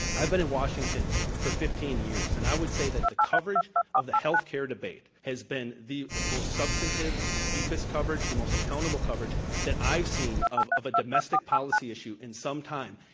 been in washington for fifteen years, and i would say that the coverage of the health care debate, has been the most substantive, the deepest coverage, the most accountable coverage that i've seen of of a domestic policy issue in some time.